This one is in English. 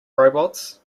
robots